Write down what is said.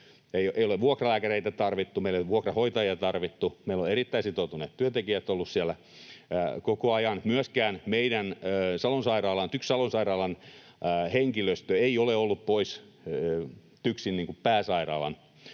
ei ole vuokralääkäreitä tarvittu, meillä ei ole vuokrahoitajia tarvittu, meillä on erittäin sitoutuneet työntekijät ollut siellä koko ajan. Meidän TYKS Salon sairaalan henkilöstö ei myöskään ole ollut pois TYKSin pääsairaalan